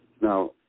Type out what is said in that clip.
Now